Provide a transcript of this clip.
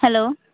hello